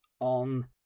on